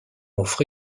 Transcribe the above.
offre